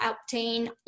obtain